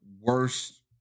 worst